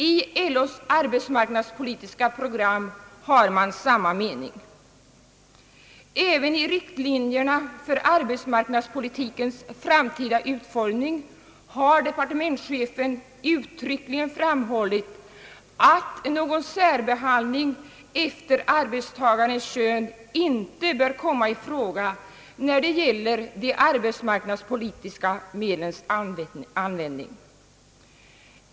I LO:s arbetsmarknadspolitiska program har samma mening kommit till uttryck. I riktlinjerna för arbetsmarknadspolitikens framtida utformning har vidare departementschefen uttryckligen framhållit, att någon särbehandling efter arbetstagarens kön inte bör komma i fråga när det gäller de arbetsmarknadspolitiska medlens användning.